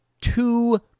two